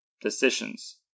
decisions